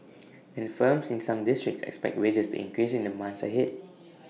and firms in some districts expect wages to increase in the months ahead